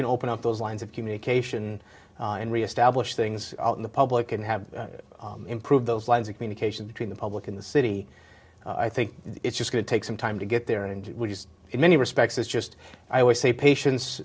can open up those lines of communication and reestablish things in the public and have it improve those lines of communication between the public in the city i think it's just going to take some time to get there and in many respects it's just i always say patience